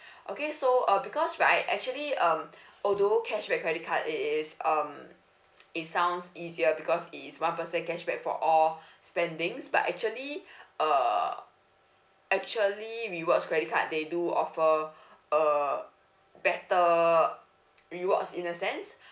okay so uh because right actually um although cashback credit card it is um it sounds easier because it is one percent cashback for all spendings but actually uh actually rewards credit card they do offer uh better rewards in a sense